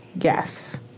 Yes